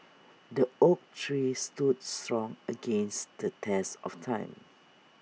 the oak tree stood strong against the test of time